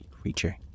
creature